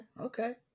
okay